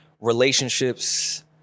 relationships